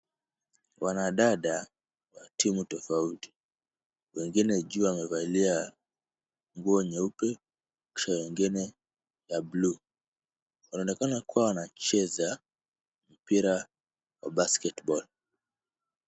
Wanadada wa timu tofauti , wengine juu wamevalia nguo nyeupe kisha wengine ya buluu. Wanaonekana kuwa wanacheza mpira wa basketball .